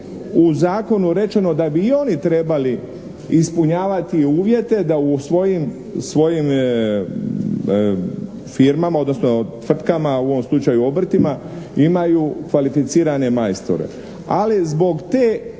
u zakonu rečeno da bi i oni trebali ispunjavati uvjete da u svojim firmama odnosno tvrtkama, u ovom slučaju obrtima, imaju kvalificirane majstore.